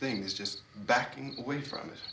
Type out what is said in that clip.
thing is just backing away from it